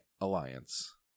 alliance